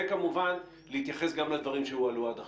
וכמובן להתייחס גם לדברים שהועלו עד עכשיו.